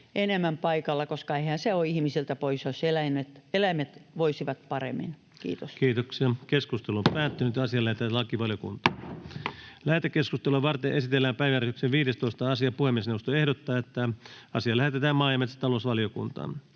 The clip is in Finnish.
enemmän paikalla, koska eihän se ole ihmisiltä pois, jos eläimet voisivat paremmin. — Kiitos. Lähetekeskustelua varten esitellään päiväjärjestyksen 15. asia. Puhemiesneuvosto ehdottaa, että asia lähetetään maa‑ ja metsätalousvaliokuntaan.